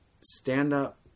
stand-up